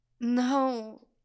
No